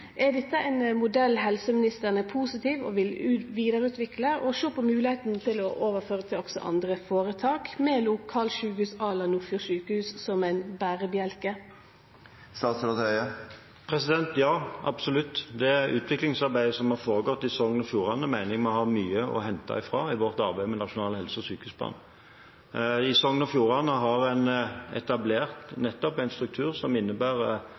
Er dette ein modell helseministeren er positiv til, vil vidareutvikle og vil sjå på moglegheita til å overføre til òg andre føretak – med lokalsjukehus à la Nordfjord sjukehus som ein berebjelke? Ja, absolutt. Det utviklingsarbeidet som har foregått i Sogn og Fjordane, mener jeg vi har mye å hente fra i vårt arbeid med nasjonal helse- og sykehusplan. I Sogn og Fjordane har en etablert en struktur som innebærer